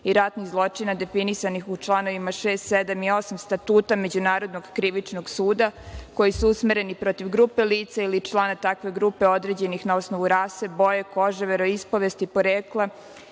i ratnih zločina definisanih u čl. 6, 7. i 8. Statuta Međunarodnog krivičnog suda koji su usmereni protiv grupe lica ili člana takve grupe određenih na osnovu rase, boje kože, veroispovesti, porekla